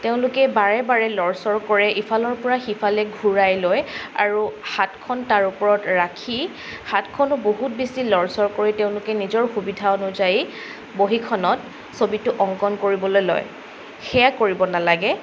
তেওঁলোকে বাৰে বাৰে লৰচৰ কৰে ইফালৰ পৰা সিফালে ঘূৰাই লয় আৰু হাতখন তাৰ ওপৰত ৰাখি হাতখনো বহুত বেছি লৰচৰ কৰি তেওঁলোকে নিজৰ সুবিধা অনুযায়ী বহীখনত ছবিটো অংকন কৰিবলৈ লয় সেয়া কৰিব নালাগে